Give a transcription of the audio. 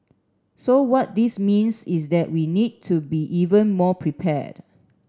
so what this means is that we need to be even more prepared